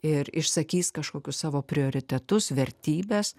ir išsakys kažkokius savo prioritetus vertybes